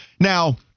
Now